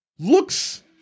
looks